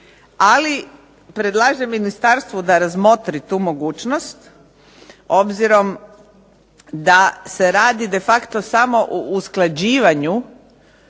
Ali predlažem ministarstvu da razmotri tu mogućnost obzirom da se radi defacto samo o usklađivanju